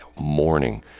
morning